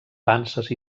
panses